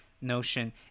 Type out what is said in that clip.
notion